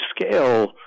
scale